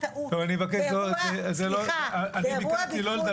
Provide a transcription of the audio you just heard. באירוע --- אני ביקשתי לא לדבר